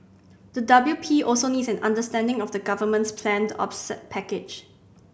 the W P also needs an understanding of the government's planned offset package